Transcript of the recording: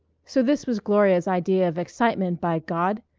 so this was gloria's idea of excitement, by god!